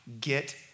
get